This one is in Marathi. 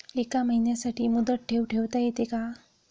एका महिन्यासाठी मुदत ठेव ठेवता येते का?